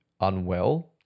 unwell